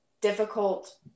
difficult